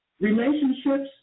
Relationships